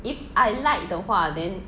if I like 的话 then